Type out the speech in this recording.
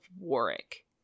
Warwick